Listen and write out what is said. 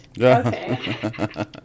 okay